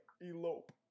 elope